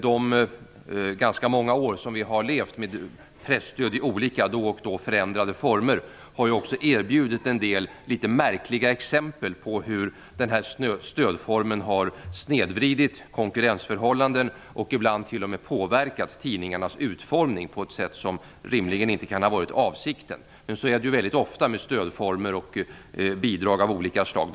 De ganska många år som vi har levt med presstöd i olika då och då förändrade former har också erbjudit en del litet märkliga exempel på hur denna stödform har snedvridit konkurrensförhållanden och ibland t.o.m. påverkat tidningarnas utformning på ett sätt som rimligen inte kan ha varit avsikten. Men så är det väldigt ofta med stödformer och bidrag av olika slag.